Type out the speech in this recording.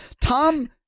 Tom